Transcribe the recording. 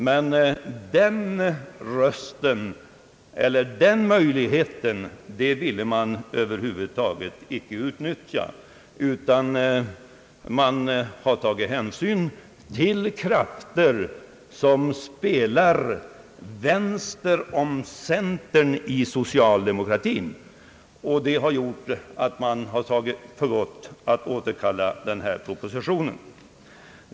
Men den möjligheten ville man inte utnyttja, utan man har tagit hänsyn till krafter som spelar till vänster om socialdemokratin. Därför har man nu funnit för gott att återkalla denna proposition.